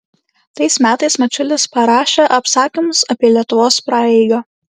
tais metais mačiulis parašė apsakymus apie lietuvos praeigą